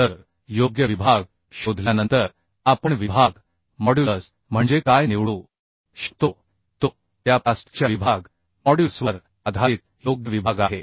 तर योग्य विभाग शोधल्यानंतर आपण विभाग मॉड्युलस म्हणजे काय निवडू शकतो तो त्या प्लास्टिकच्या विभाग मॉड्युलसवर आधारित योग्य विभाग आहे